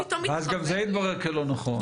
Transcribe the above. וגם זה התברר כלא נכון.